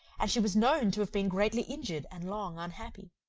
and she was known to have been greatly injured, and long unhappy.